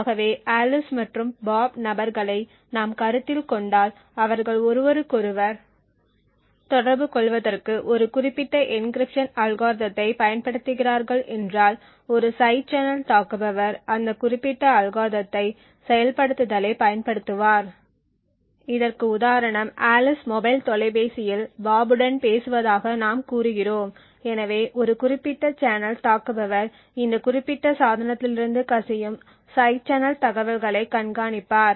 ஆகவே ஆலிஸ் மற்றும் பாப் நபர்களை நாம் கருத்தில் கொண்டால் அவர்கள் ஒருவருக்கொருவர் தொடர்புகொள்வதற்கு ஒரு குறிப்பிட்ட என்கிரிப்ஷன் அல்காரிதத்தைப் பயன்படுத்துகிறார்கள் என்றால் ஒரு சைடு சேனல் தாக்குபவர் அந்த குறிப்பிட்ட அல்காரிதத்தை செயல்படுத்துதலை பயன்படுத்துவார் இதற்கு உதாரணம் ஆலிஸ் மொபைல் தொலைபேசியில் பாப் உடன் பேசுவதாக நாம் கூறுகிறோம் எனவே ஒரு குறிப்பிட்ட சேனல் தாக்குபவர் இந்த குறிப்பிட்ட சாதனத்திலிருந்து கசியும் சைடு சேனல் தகவல்களை கண்காணிப்பர்